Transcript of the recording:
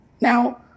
Now